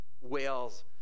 whales